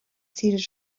tíre